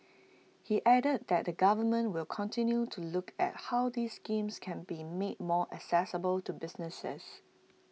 he added that the government will continue to look at how these schemes can be made more accessible to businesses